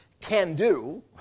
can-do